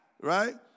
right